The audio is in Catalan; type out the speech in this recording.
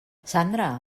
sandra